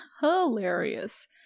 Hilarious